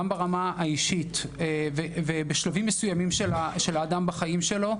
גם ברמה האישית ובשלבים מסוימים של האדם בחיים שלו,